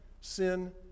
sin